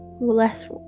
less